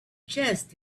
chest